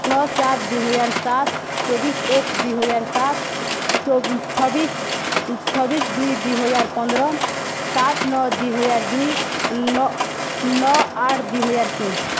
ଛଅ ସାତ ଦୁଇହଜାର ସାତ ଚବିଶି ଏକ ଦୁଇହଜାର ସାତ ଛବିଶି ଛବିଶି ଦୁଇ ଦୁଇହଜାର ପନ୍ଦର ସାତ ନଅ ଦୁଇହଜାର ଦୁଇ ନଅ ନଅ ଆଠ ଦୁଇହଜାର ତିନି